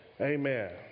Amen